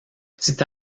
petit